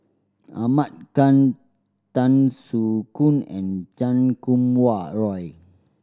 Ahmad Khan Tan Soo Khoon and Chan Kum Wah Roy